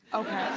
okay.